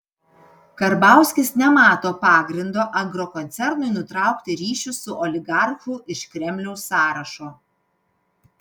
karbauskis nemato pagrindo agrokoncernui nutraukti ryšius su oligarchu iš kremliaus sąrašo